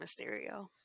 Mysterio